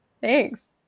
Thanks